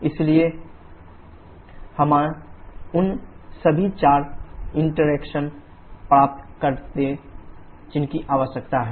इसलिए हमें उन सभी चार इंटरैक्शन प्राप्त हुए हैं जिनकी आवश्यकता है